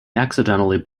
accidentally